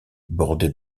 bordé